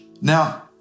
Now